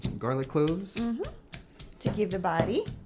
garlic cloves to give the body.